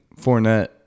Fournette